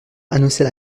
annonçait